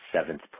seventh